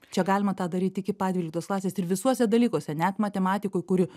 čia galima tą daryt iki pat dvyliktos klasės ir visuose dalykuose net matematikoj kuri